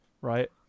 right